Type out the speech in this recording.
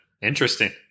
Interesting